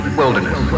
wilderness